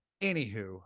Anywho